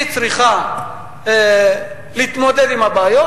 היא צריכה להתמודד עם הבעיות,